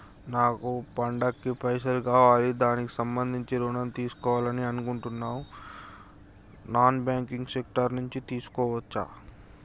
నాకు పండగ కి పైసలు కావాలి దానికి సంబంధించి ఋణం తీసుకోవాలని అనుకుంటున్నం నాన్ బ్యాంకింగ్ సెక్టార్ నుంచి తీసుకోవచ్చా?